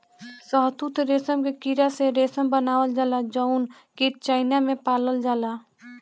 शहतूत रेशम के कीड़ा से रेशम बनावल जाला जउन कीट चाइना में पालल जाला